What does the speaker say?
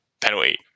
penalty